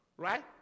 Right